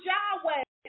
Yahweh